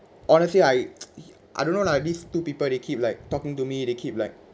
honestly I I don't know lah these two people they keep like talking to me they keep like